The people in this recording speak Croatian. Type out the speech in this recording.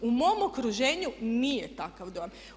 U mom okruženju nije takav dojam.